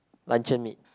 luncheon meat